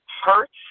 Hurts